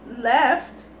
left